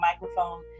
microphone